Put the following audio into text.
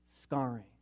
scarring